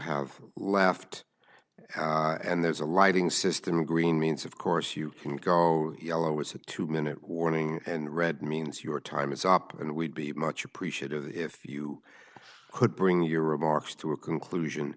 have left and there's a writing system green means of course you can go yellow it's a two minute warning and red means your time is up and we'd be much appreciative if you could bring your remarks to a conclusion